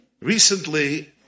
Recently